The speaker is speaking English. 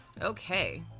okay